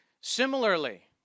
Similarly